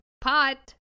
pot